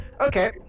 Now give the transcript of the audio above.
Okay